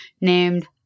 named